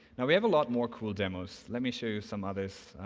now we have a lot more cool demos, let me show you some others.